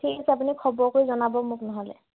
ঠিক আছে আপুনি খবৰ কৰি জনাব মোক নহ'লে